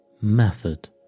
Method